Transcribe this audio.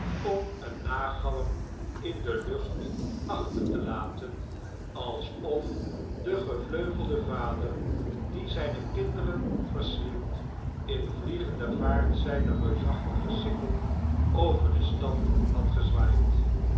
om een nagalm in de lucht achter te laten alsof de gevleugelde vader die zyne kinderen verslindt in vliegende vaart zijne reusachtige sikkel over de stad had gezwaaid